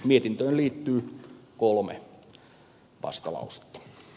mietintöön liittyy kolme vastalausetta